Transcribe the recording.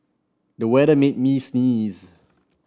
the weather made me sneeze